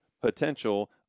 potential